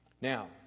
Now